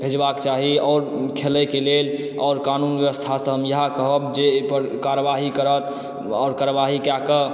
भेजबाक चाही आओर खेलयके लेल आओर कानून व्यवस्थासँ हम इएह कहब जे एहि पर कार्यवाही करत आओर कारवाही कएके